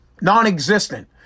non-existent